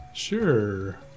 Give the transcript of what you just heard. sure